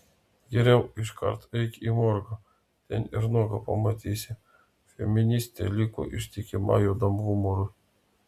geriau iškart eik į morgą ten ir nuogą pamatysi feministė liko ištikima juodam humorui